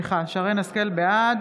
בעד